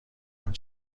کاری